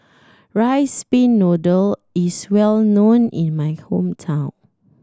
rice pin noodle is well known in my hometown